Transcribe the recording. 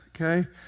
okay